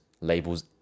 labels